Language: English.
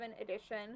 edition